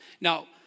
Now